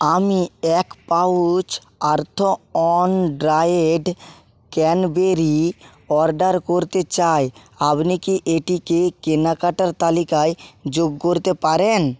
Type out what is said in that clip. আমি এক pouch earth on dried cranberry order করতে চাই আপনি কি এটিকে কেনাকাটার তালিকায় যোগ করতে পারেন